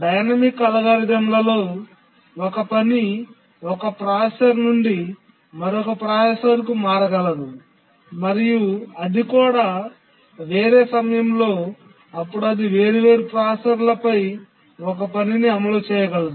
dynamic అల్గోరిథంలలో ఒక పని ఒక ప్రాసెసర్ నుండి మరొక ప్రాసెసర్కు మారగలదు మరియు అది కూడా వేరే సమయంలో అప్పుడు అది వేర్వేరు ప్రాసెసర్లపై ఆ పనిని అమలు చేయగలదు